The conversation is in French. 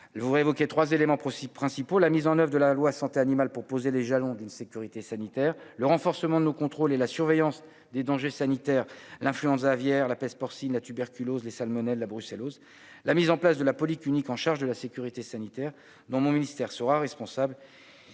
le évoquez 3 éléments possibles principaux : la mise en oeuvre de la loi santé animale pour poser les jalons d'une sécurité sanitaire, le renforcement de nos contrôles et la surveillance des dangers sanitaires l'influenza aviaire la peste porcine, la tuberculose, les salmonelles, la brucellose, la mise en place de la polyclinique en charge de la sécurité sanitaire dans mon ministère sera responsable,